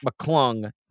McClung